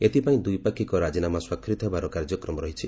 ଏଥିପାଇଁ ଦ୍ୱିପାକ୍ଷିକ ରାଜିନାମା ସ୍ୱାକ୍ଷରିତ ହେବାର କାର୍ଯ୍ୟକ୍ରମ ରହିଛି